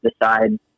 decide